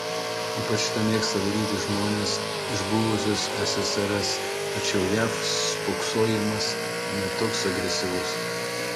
ypač tą mėgsta daryti žmonės iš buvusios ssrs tačiau jav spoksojimas ne toks agresyvus